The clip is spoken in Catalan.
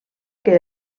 que